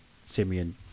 Simeon